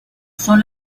son